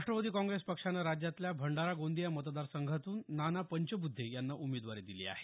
राष्ट्रवादी काँग्रेस पक्षानं राज्यातल्या भंडारा गोंदिया मतदारसंघातून नाना पंचबुध्दे यांना उमेदवारी दिली आहे